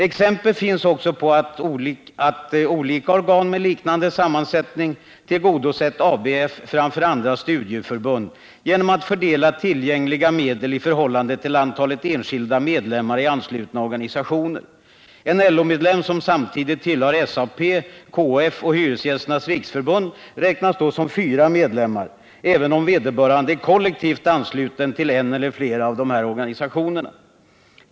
Exempel finns också på att olika organ — med liknande sammansättning — tillgodosett ABF framför andra studieförbund genom att fördela tillgängliga medel i förhållande till antalet enskilda medlemmar i anslutna organisationer. En LO-medlem, som samtidigt tillhör SAP, KF och Hyresgästernas riksförbund, räknas då som fyra medlemmar — även om vederbörande är kollektivt ansluten till en eller flera av dessa organisationer.